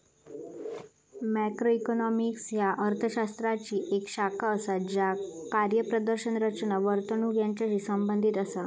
macroeconomics ह्या अर्थ शास्त्राची येक शाखा असा ज्या कार्यप्रदर्शन, रचना, वर्तणूक यांचाशी संबंधित असा